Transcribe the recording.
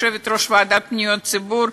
יושבת-ראש ועדת פניות ציבור,